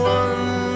one